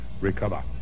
recover